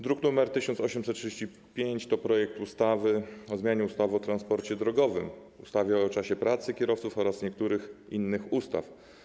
Druk nr 1835 to projekt ustawy o zmianie ustawy o transporcie drogowym, ustawy o czasie pracy kierowców oraz niektórych innych ustaw.